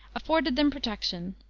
afforded them protection.